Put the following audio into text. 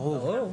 ברור.